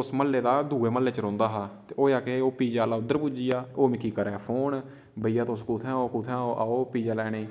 उस म्हल्ले दा दुऐ म्हल्ले च रौंह्दा हा ते होएया के ओह् पिज़्ज़े आह्ला उद्धर पुज्जी गेआ ओह् मिगी करै फोन भईया तुस कुत्थै ओ कुत्थै ओ आओ पिज़्ज़ा लैने गी